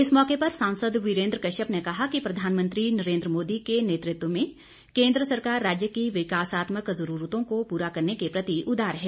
इस मौके पर सांसद वीरेन्द्र कश्यप ने कहा कि प्रधानमंत्री नरेन्द्र मोदी के नेतृत्व में केन्द्र सरकार राज्य की विकासात्मक जरूरतों को पूरा करने के प्रति उदार है